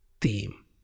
theme